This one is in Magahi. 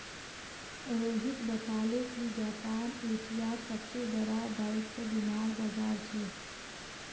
रोहित बताले कि जापान एशियार सबसे बड़ा दायित्व बीमार बाजार छे